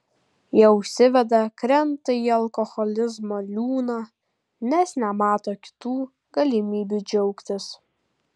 jie užsiveda krenta į alkoholizmo liūną nes nemato kitų galimybių džiaugtis